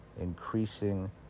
increasing